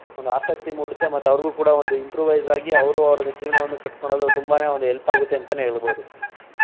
ಒಂದು ಆಸಕ್ತಿ ಮೂಡುತ್ತೆ ಮತ್ತೆ ಅವರಿಗೂ ಕೂಡ ಒಂದು ಇಂಪ್ರೂವೈಸ್ ಆಗಿ ಅವರು ಅವ್ರದ್ದೆ ಜೀವನವನ್ನು ಕಟ್ಕೊಳ್ಳಲು ತುಂಬನೇ ಒಂದು ಹೆಲ್ಪ್ ಆಗುತ್ತೆ ಅಂತಲೇ ಹೇಳ್ಬೋದು